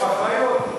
איך אחריות, ?